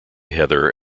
heather